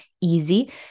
easy